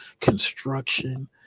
construction